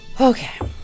Okay